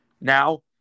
Now